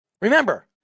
Remember